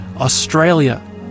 Australia